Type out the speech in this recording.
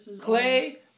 Clay